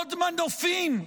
עוד מנופים,